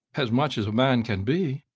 as much as a man can be.